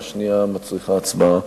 והשנייה מצריכה הצבעה.